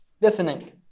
listening